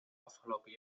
afgelopen